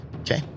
Okay